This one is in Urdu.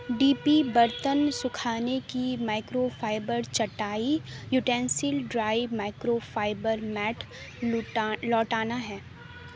ڈی پی برتن سکھانے کی مائکرو فائبر چٹائی utensil dry micro fibre mat لٹا لوٹانا ہے